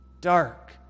Dark